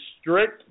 strict